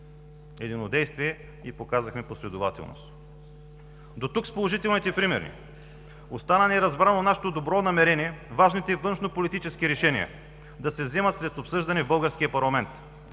единодействия и показахме последователност! До тук с положителните примери. Остана неразбрано нашето добро намерение важните външнополитически решения да се вземат след обсъждане в българския парламент.